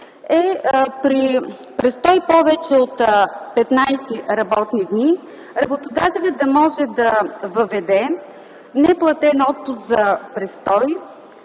е, при престой повече от 15 работни дни работодателят да може да въведе неплатен отпуск за престой,